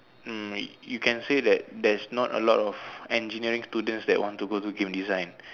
mm you can say that there's not a lot of engineering students that want to go to game design